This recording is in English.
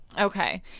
Okay